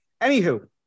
Anywho